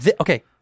Okay